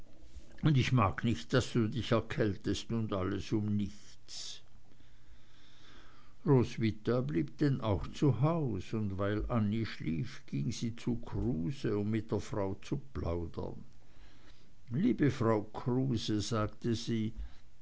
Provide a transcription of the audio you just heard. und ich mag nicht daß du dich erkältest und alles um nichts roswitha blieb denn auch zu haus und weil annie schlief ging sie zu kruses um mit der frau zu plaudern liebe frau kruse sagte sie